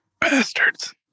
Bastards